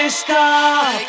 stop